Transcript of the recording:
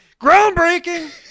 groundbreaking